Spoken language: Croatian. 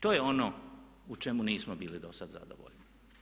To je ono u čemu nismo bili do sada zadovoljni.